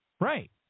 Right